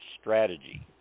strategy